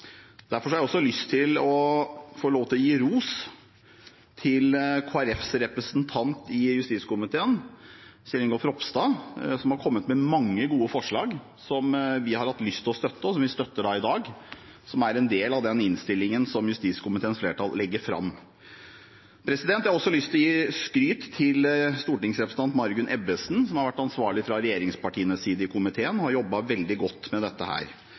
Derfor har jeg også lyst til å gi ros til Kristelig Folkepartis representant i justiskomiteen, Kjell Ingolf Ropstad, som har kommet med mange gode forslag, som vi har hatt lyst til å støtte, og som vi støtter i dag, som er en del av den innstillingen som justiskomiteens flertall legger fram. Jeg har også lyst til å gi skryt til stortingsrepresentant Margunn Ebbesen, som har vært ansvarlig fra regjeringspartienes side i komiteen, og som har jobbet veldig godt med dette.